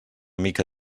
mica